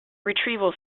retrieval